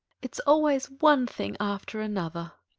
it's always one thing after another,